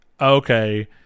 okay